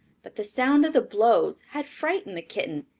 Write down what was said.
but the sound of the blows had frightened the kitten,